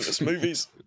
movies